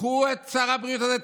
קחו את שר הבריאות הזה,